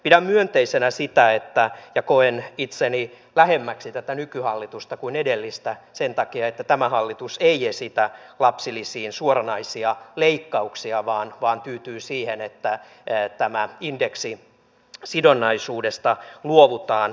pidän myönteisenä sitä ja koen itseni lähemmäksi tätä nykyhallitusta kuin edellistä sen takia että tämä hallitus ei esitä lapsilisiin suoranaisia leikkauksia vaan tyytyy siihen että tästä indeksisidonnaisuudesta luovutaan